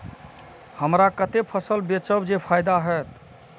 हमरा कते फसल बेचब जे फायदा होयत?